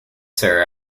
sir